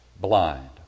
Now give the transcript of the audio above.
blind